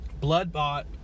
blood-bought